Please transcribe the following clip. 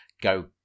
Go